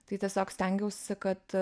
tai tiesiog stengiausi kad